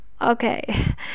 okay